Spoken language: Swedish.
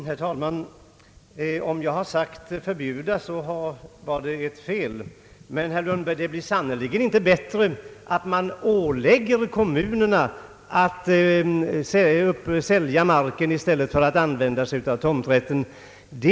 Herr talman! Om jag har sagt »förbjuda», så medger jag att det var ett fel. Men det blir sannerligen inte bättre, herr Lundberg, om man säger att vad det gäller är att ålägga kommunerna att sälja mark i stället för att använda tomträttsinstitutet.